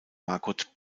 margot